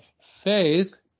faith